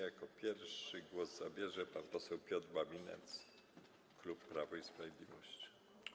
Jako pierwszy głos zabierze pan poseł Piotr Babinetz, klub Prawo i Sprawiedliwość.